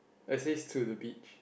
exits to the beach